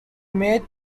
made